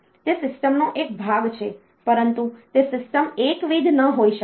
તે સિસ્ટમનો એક ભાગ છે પરંતુ તે સિસ્ટમ એકવિધ ન હોઈ શકે